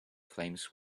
flames